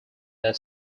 that